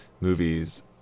movies